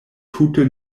tute